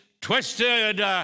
twisted